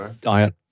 Diet